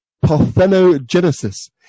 parthenogenesis